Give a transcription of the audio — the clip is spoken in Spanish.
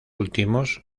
últimos